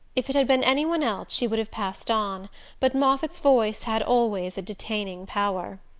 if it had been any one else she would have passed on but moffatt's voice had always a detaining power.